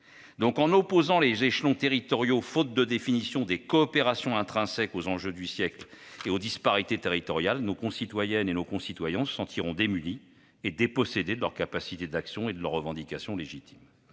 ! En opposant les échelons territoriaux faute de définition des coopérations intrinsèques aux enjeux du siècle et aux disparités territoriales, nos concitoyennes et nos concitoyens se sentiront démunis et dépossédés de leur capacité d'action et de leurs revendications légitimes.